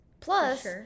Plus